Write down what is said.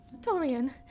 Dorian